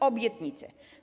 Obietnice.